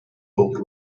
old